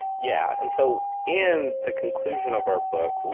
yeah. and so in the conclusion of our book,